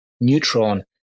Neutron